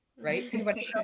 right